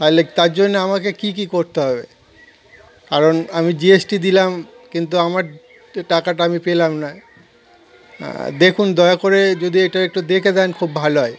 তাহলে তার জন্যে আমাকে কী কী করতে হবে কারণ আমি জি এস টি দিলাম কিন্তু আমার টাকাটা আমি পেলাম না দেখুন দয়া করে যদি এটা একটু দেখে দেন খুব ভালো হয়